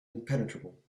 impenetrable